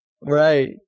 Right